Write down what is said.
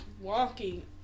walking